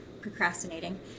procrastinating